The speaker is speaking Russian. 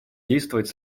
действовать